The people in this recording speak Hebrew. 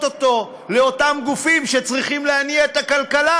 אותו לאותם גופים שצריכים להניע את הכלכלה.